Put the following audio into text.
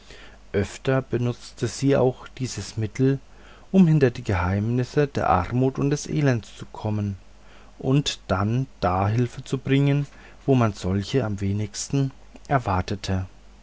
öfter benutzte sie auch dieses mittel um hinter die geheimnisse der armut und des elends zu kommen und dann da hilfe zu bringen wo man solche am wenigsten erwartete